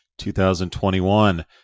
2021